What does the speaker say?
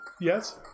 Yes